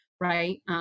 right